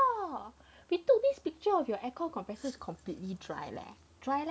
oh we took this picture of your aircon compressor completely dry leh dry leh